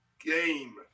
game